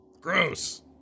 Gross